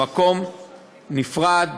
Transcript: במקום נפרד,